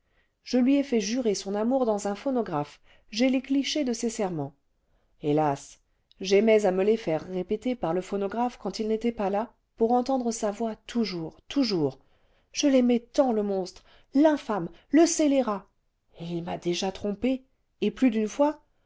je lui ai fait jurer son amour dans un phonographe j'ai les clichés de ses serments hélas j'aimais à me les faire répéter par le phonographe quand il n'était pas là pour entendre sa voix toujours toujours je l'aimais tant le monstre l'infâme le scélérat et il m'a déjà trompée et plus d'une fois